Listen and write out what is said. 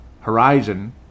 horizon